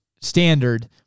standard